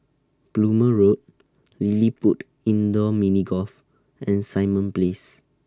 Plumer Road LilliPutt Indoor Mini Golf and Simon Place